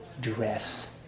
dress